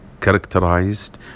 characterized